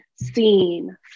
seen